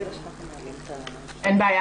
אין בעיה.